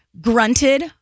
grunted